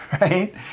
right